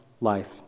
life